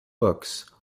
books